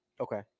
Okay